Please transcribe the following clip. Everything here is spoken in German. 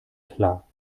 klar